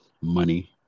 money